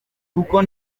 kuko